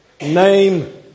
name